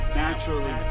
naturally